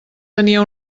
tenia